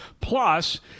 plus